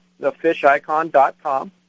thefishicon.com